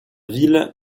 ville